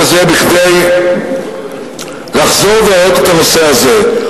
הזה כדי לחזור ולהעלות את הנושא הזה.